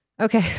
Okay